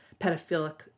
pedophilic